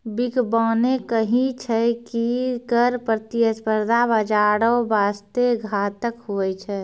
बिद्यबाने कही छै की कर प्रतिस्पर्धा बाजारो बासते घातक हुवै छै